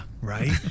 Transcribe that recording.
right